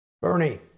Bernie